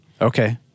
Okay